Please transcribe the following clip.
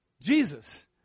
Jesus